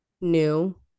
new